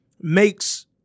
makes